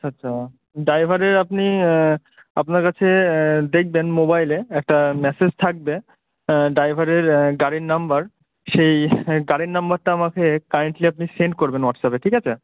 আচ্ছা ড্রাইভারের আপনি আপনার কাছে দেখবেন মোবাইলে একটা ম্যাসেজ থাকবে ড্রাইভারের গাড়ির নম্বর সেই গাড়ির নম্বরটা আমাকে কাইন্ডলি আপনি সেন্ড করবেন হোয়াটসঅ্যাপে ঠিক আছে